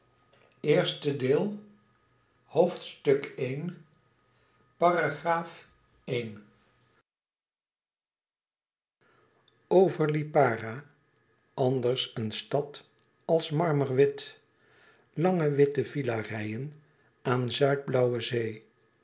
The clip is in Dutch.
over lipara anders eene stad als marmer wit lange witte villa reien aan zuidblauwe zee